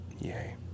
Yay